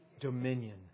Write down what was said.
Dominion